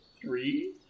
three